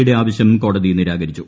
യുടെ ആവശ്യം കോടതി നിരാകരിച്ചു